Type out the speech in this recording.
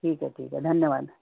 ठीक आहे ठीक आहे धन्यवाद